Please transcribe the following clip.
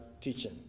teaching